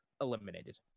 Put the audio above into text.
eliminated